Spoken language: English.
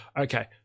okay